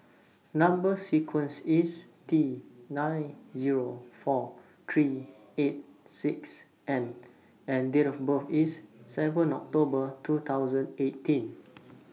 Number sequence IS T nine Zero four seven three eight six N and Date of birth IS seven October two thousand eighteen